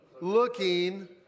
looking